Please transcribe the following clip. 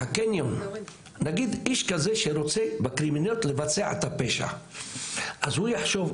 הקניון נגיד איש כזה שרוצה בקרימינליות לבצע את הפשע אז הוא יחשוב,